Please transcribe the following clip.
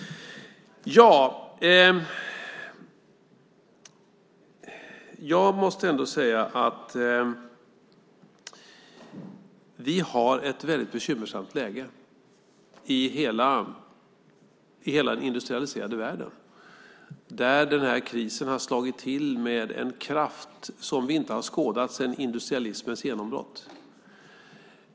Vi har ett väldigt bekymmersamt läge i hela den industrialiserade världen. Den här krisen har slagit till med en kraft som vi inte har skådat sedan industrialismens genombrott. Fru talman!